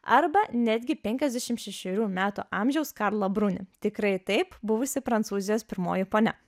arba netgi penkiasdešimt šešerių metų amžiaus karla bruni tikrai taip buvusi prancūzijos pirmoji ponia